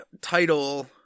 title